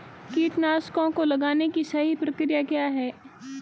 कीटनाशकों को लगाने की सही प्रक्रिया क्या है?